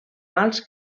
mals